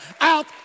out